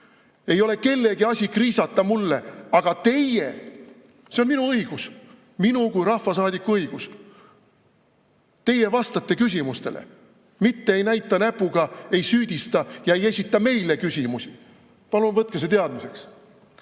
Ei ole kellegi asi kriisata mulle: "Aga teie!" See on minu õigus, minu kui rahvasaadiku õigus. Teie vastate küsimustele, mitte ei näita näpuga, ei süüdista ja ei esita meile küsimusi. Palun võtke see teadmiseks! Nüüd,